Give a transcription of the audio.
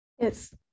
Yes